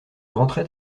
rentrait